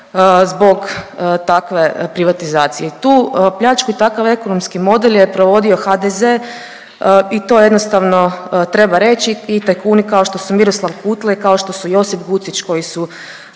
zbog takve privatizacije. Tu pljačku i takav ekonomski model je provodio HDZ i to jednostavno treba reći i tajkuni kao što su Miroslav Kutle, kao što su Josip Gucić koji su